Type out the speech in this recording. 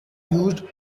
used